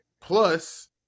Plus